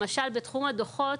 למשל, בתחום הדו"חות,